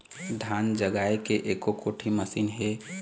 धान जगाए के एको कोठी मशीन हे?